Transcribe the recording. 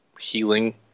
healing